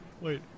Wait